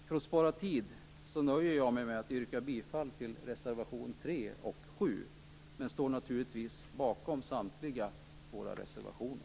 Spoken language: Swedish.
För att spara tid nöjer jag mig med att yrka bifall till reservationerna 3 och 7. Men jag står naturligtvis bakom samtliga våra reservationer.